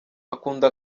akunda